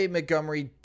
Montgomery